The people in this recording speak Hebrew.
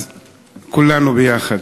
אז כולנו ביחד.